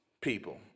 people